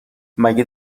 مگه